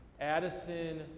Addison